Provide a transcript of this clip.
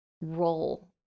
role